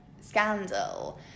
scandal